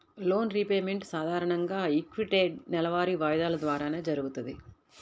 loan repayment సాధారణంగా equated నెలవారీ వాయిదాల ద్వారానే జరుగుతది